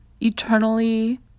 eternally